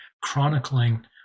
chronicling